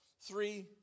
three